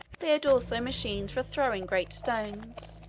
they had also machines for throwing great stones,